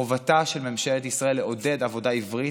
חובתה של ממשלת ישראל לעודד עבודה עברית,